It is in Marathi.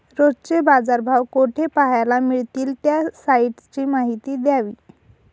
रोजचे बाजारभाव कोठे पहायला मिळतील? त्या साईटची माहिती द्यावी